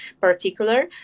particular